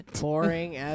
Boring